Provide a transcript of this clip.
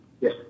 Yes